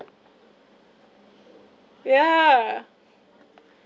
yeah